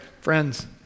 Friends